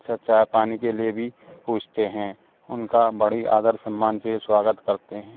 अच्छा चाय पानी के लिए भी पूछते हैं उन का बड़ी आदर सम्मान से स्वागत करते हैं